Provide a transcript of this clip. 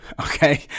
okay